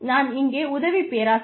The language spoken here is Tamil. நான் இங்கே உதவி பேராசிரியர்